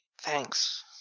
Thanks